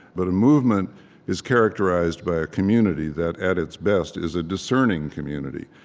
but a movement is characterized by a community that, at its best, is a discerning community.